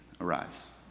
arrives